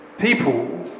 people